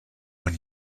when